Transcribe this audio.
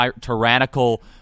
tyrannical